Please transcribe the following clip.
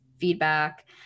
feedback